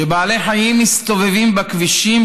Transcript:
שבעלי חיים מסתובבים בכבישים,